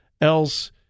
else